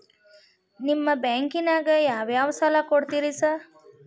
ನಿಮ್ಮ ಬ್ಯಾಂಕಿನಾಗ ಯಾವ್ಯಾವ ಸಾಲ ಕೊಡ್ತೇರಿ ಸಾರ್?